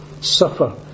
suffer